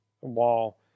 wall